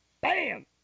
Bam